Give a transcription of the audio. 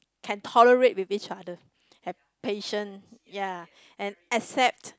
can tolerate with each other have passion ya and accept